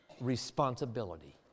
responsibility